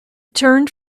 turned